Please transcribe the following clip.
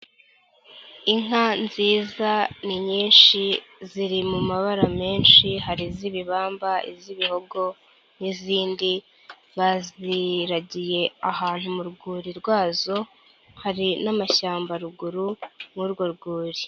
Inka nziza ni nyinshi ziri mu mabara menshi, hari iz'ibibamba, iz'ibihogo n'izindi, baziragiye ahantu mu rwuri rwazo, hari n'amashyamba ruguru y'urwo rwuri.